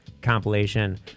Compilation